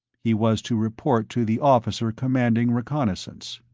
he was to report to the officer commanding reconnaissance.